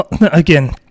again